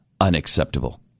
unacceptable